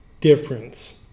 difference